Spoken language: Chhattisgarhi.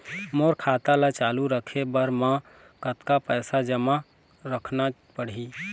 मोर खाता ला चालू रखे बर म कतका पैसा जमा रखना पड़ही?